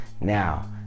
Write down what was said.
Now